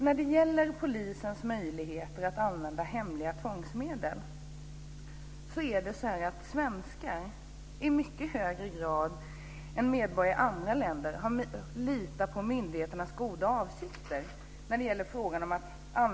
När det gäller polisens möjligheter att använda hemliga tvångsmedel litar svenskar i mycket högre grad än medborgare i andra länder på myndigheternas goda avsikter.